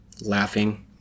Laughing